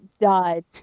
died